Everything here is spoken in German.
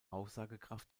aussagekraft